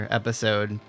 episode